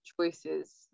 choices